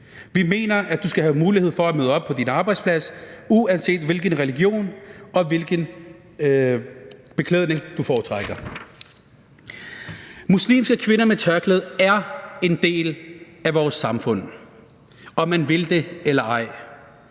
Vi mener, at du skal have mulighed for at møde op på din arbejdsplads, uanset hvilken religion og hvilken beklædning du foretrækker. Muslimske kvinder med tørklæde er en del af vores samfund, om man vil det eller ej,